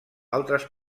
altres